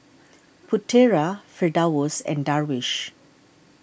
Putera Firdaus and Darwish